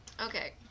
Okay